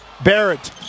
Barrett